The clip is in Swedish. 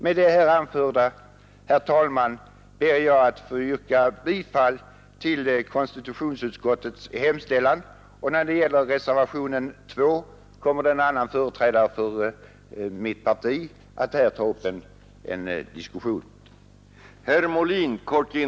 Med det anförda ber jag, herr talman, att få yrka bifall till konstitutionsutskottets hemställan. Vad reservationen 2 beträffar kommer en annan företrädare för mitt parti att här ta upp en diskussion.